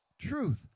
truth